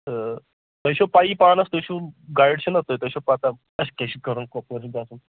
تہٕ تۄہہِ چھو پَیی پانَس تُہۍ چھِو گایڈ چھِو نہ تُہۍ تۄہہِ چھو پَتہ اسہِ کیاہ چھُ کرُن کپٲر چھُ گژھُن